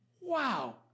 Wow